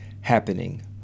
happening